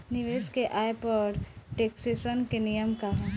निवेश के आय पर टेक्सेशन के नियम का ह?